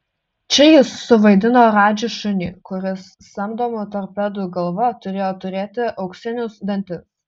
čia jis suvaidino radži šunį kuris samdomų torpedų galva turėjo turėti auksinius dantis